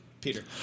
Peter